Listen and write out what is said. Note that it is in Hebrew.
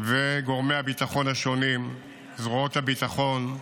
וגורמי הביטחון השונים, זרועות הביטחון,